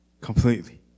Completely